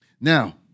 Now